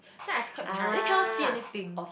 then I'm quite behind eh cannot see anything